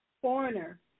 Foreigner